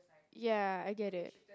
ya I get it